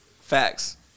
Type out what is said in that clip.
Facts